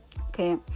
Okay